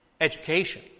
education